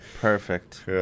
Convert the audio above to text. Perfect